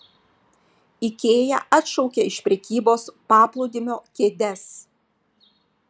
ikea atšaukia iš prekybos paplūdimio kėdes